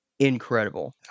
Incredible